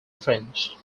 french